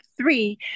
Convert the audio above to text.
three